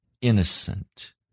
innocent